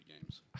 games